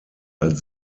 als